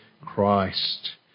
Christ